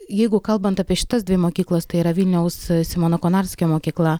jeigu kalbant apie šitas dvi mokyklos tai yra vilniaus simono konarskio mokykla